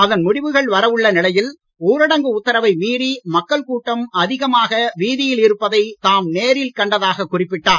அதன் முடிவுகள் வரவுள்ள நிலையில் ஊரடங்கு உத்தரவை மீறி மக்கள் கூட்டம் அதிகமாக வீதியில் இருப்பதை தாம் நேரில் கண்டதாகக் குறிப்பிட்டார்